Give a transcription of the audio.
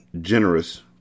generous